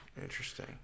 Interesting